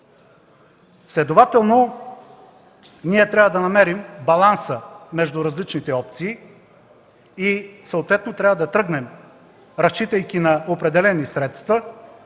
Следователно трябва да намерим баланса между различните опции и съответно да тръгнем, разчитайки на определени средства,